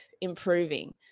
improving